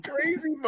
crazy